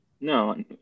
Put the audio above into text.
No